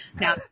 now